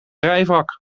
rijvak